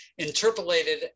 interpolated